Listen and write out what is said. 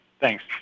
Thanks